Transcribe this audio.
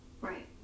Right